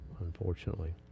unfortunately